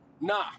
Nah